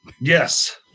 Yes